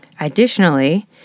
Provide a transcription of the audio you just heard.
Additionally